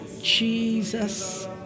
Jesus